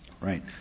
Right